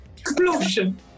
Explosion